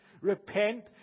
repent